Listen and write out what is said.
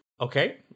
Okay